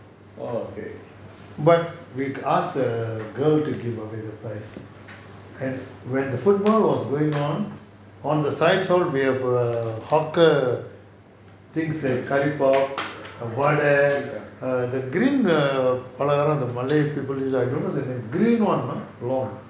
but we asked the girl to give the away the prize and when the football was going on on the sides all we have a hawker things like curry puff vadai err the green err banana the malay people like I don't know the name the green [one]